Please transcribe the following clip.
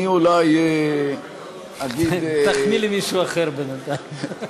אני אולי אגיד, תחמיא למישהו אחר בינתיים.